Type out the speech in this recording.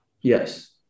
Yes